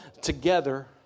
together